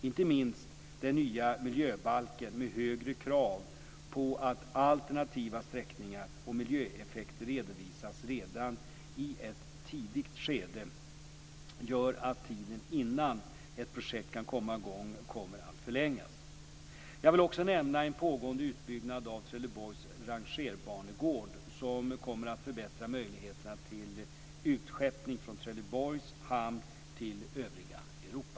Inte minst den nya miljöbalken, med högre krav på att alternativa sträckningar och miljöeffekter redovisas redan i ett tidigt skede, gör att tiden innan ett projekt kan komma i gång kommer att förlängas. Jag vill också nämna en pågående utbyggnad av Trelleborgs rangerbangård som kommer att förbättra möjligheterna till utskeppning från Trelleborgs hamn till övriga Europa.